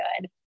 good